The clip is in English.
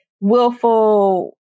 willful